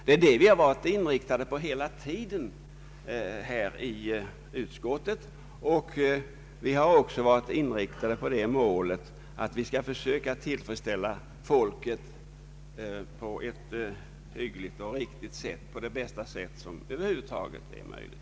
Detta har vi varit inriktade på hela tiden i utskottet och vi har även haft det målet att vi skall försöka tillfredsställa folket på det bästa sätt som över huvud taget är möjligt.